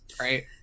right